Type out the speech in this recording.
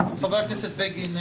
(היו"ר זאב בנימין בגין)